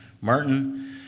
Martin